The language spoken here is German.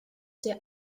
der